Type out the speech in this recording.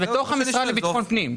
זה בתוך המשרד לביטחון פנים.